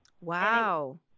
Wow